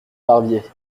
barbier